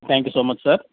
thank you so much sir